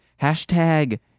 Hashtag